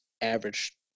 average